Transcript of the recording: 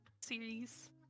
series